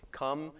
come